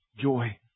joy